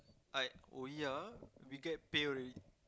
like oh ya we get pay already